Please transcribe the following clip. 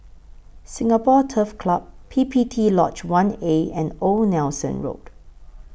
Singapore Turf Club P P T Lodge one A and Old Nelson Road